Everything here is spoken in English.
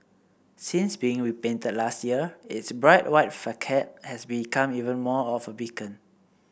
since being repainted last year its bright white facade has become even more of a beacon